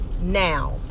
now